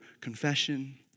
confession